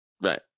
Right